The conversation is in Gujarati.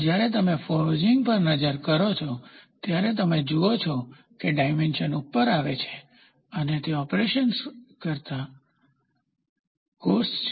જ્યારે તમે ફોર્જિંગ પર નજર કરો છો ત્યારે તમે જુઓ છો કે ડાયમેન્શન ઉપર આવે છે અને તે ઓપરેશંસ કરતા કોર્સ છે